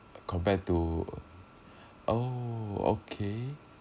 compared to oh okay